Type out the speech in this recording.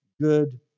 good